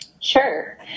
Sure